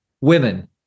Women